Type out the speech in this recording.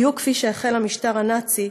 בדיוק כפי שהחל המשטר הנאצי